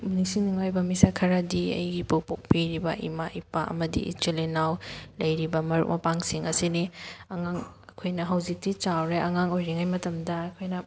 ꯅꯤꯡꯁꯤꯡꯅꯤꯉꯥꯏ ꯑꯣꯏꯕ ꯃꯤꯁꯛ ꯈꯔꯗꯤ ꯑꯩꯕꯨ ꯄꯣꯛꯄꯤꯔꯤꯕ ꯏꯃꯥ ꯏꯄꯥ ꯑꯃꯗꯤ ꯏꯆꯤꯜ ꯏꯅꯥꯎ ꯂꯩꯔꯤꯕ ꯃꯔꯨꯞ ꯃꯄꯥꯡꯁꯤꯡ ꯑꯁꯤꯅꯤ ꯑꯉꯥꯡ ꯑꯩꯈꯣꯏꯅ ꯍꯧꯖꯤꯛꯇꯤ ꯆꯥꯎꯔꯦ ꯑꯉꯥꯡ ꯑꯣꯏꯔꯤꯉꯩ ꯃꯇꯝꯗ ꯑꯩꯈꯣꯏꯅ